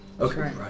Okay